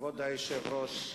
כבוד היושב-ראש,